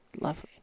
Lovely